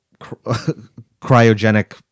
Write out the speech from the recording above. cryogenic